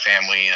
family